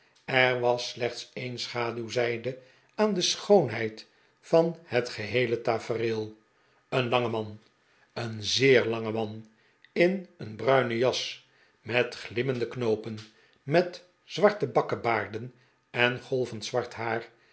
er was slechts een schaduwzijde aan de sehoonheid van het geheele tafereel een lange man een zeer lange man in een bruine jas met glimmende knoopen met zwarte bakkebaarden en golvend zwart haar